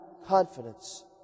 Confidence